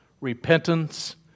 repentance